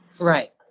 Right